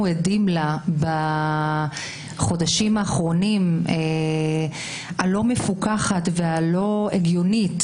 עדים לה בחודשים האחרונים שהיא לא מפוקחת ולא הגיונית